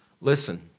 Listen